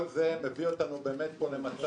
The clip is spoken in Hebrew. כל זה מביא אותנו פה באמת למצב